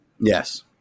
Yes